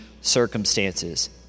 circumstances